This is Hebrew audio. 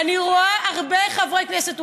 אני רואה הרבה חברי כנסת,